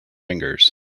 fingers